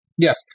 Yes